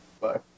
Bye